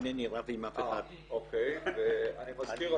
אני מזכיר,